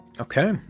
okay